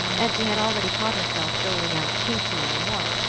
and she had already caught herself doling out piecemeal what,